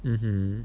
mmhmm